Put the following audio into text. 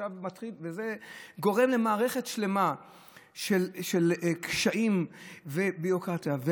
וזה גורם למערכת שלמה של קשיים וביורוקרטיה.